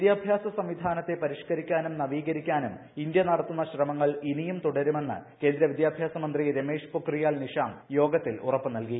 വിദ്യാഭ്യാസ സംവിധാനത്തെ പരിഷ്കരിക്കാനും നവീകരിക്കാനും ഇന്ത്യ നടത്തുന്ന ശ്രമങ്ങൾ ഇനിയും തുടരുമെന്ന് കേന്ദ്ര വിദ്യാഭ്യാസ മന്ത്രി രമേഷ് പൊക്രിയാൽ നിഷാങ്ക് യോഗത്തിൽ ഉറപ്പുനൽകി